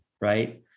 right